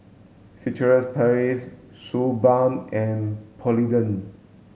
Furtere Paris Suu Balm and Polident